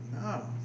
No